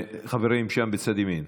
החברים שם, בצד ימין.